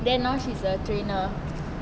then now she's a trainer